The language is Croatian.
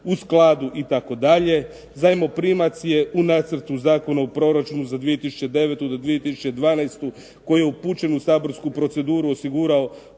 u skladu itd. Zajmoprimac je u Nacrtu zakona u proračunu za 2009. do 2012. koji je upućen u saborsku proceduru osigurao